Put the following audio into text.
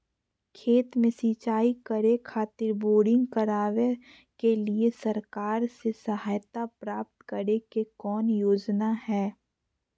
खेत में सिंचाई करे खातिर बोरिंग करावे के लिए सरकार से सहायता प्राप्त करें के कौन योजना हय?